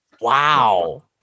wow